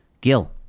Gil